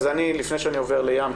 לפני שאני עובר ל-ים,